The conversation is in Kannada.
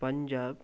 ಪಂಜಾಬ್